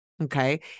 Okay